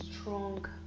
strong